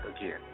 again